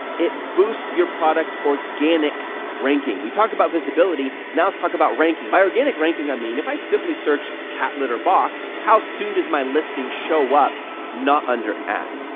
it boosts your products organic ranking. we talked about visibility, now let's talk about ranking by organic ranking, i mean if i simply search cat litter box, how soon does my listing show up not under an ad?